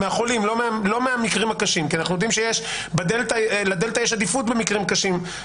אנחנו יודעים שלדלתא יש עדיפות במקרים קשים,